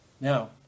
Now